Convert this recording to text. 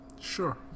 Sure